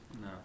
No